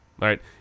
right